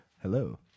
Hello